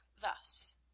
thus